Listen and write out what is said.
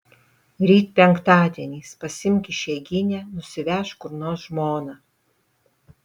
ryt penktadienis pasiimk išeiginę nusivežk kur nors žmoną